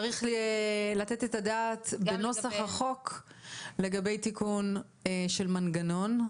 צריך לתת את הדעת בנוסח החוק לגבי תיקון של מנגנון,